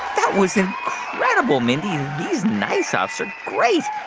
that was incredible, mindy. these nice-offs are great.